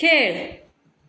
खेळ